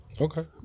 Okay